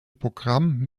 programm